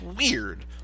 weird